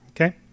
Okay